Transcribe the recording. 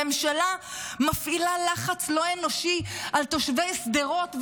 הממשלה מפעילה לחץ לא אנושי על תושבי שדרות והעוטף,